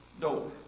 door